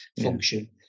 function